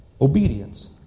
Obedience